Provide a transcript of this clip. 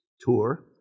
tour